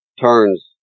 turns